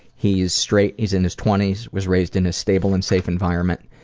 he's straight, he's in his twenty s, was raised in a stable and safe environment,